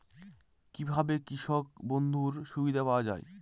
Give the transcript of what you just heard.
কি ভাবে কৃষক বন্ধুর সুবিধা পাওয়া য়ায়?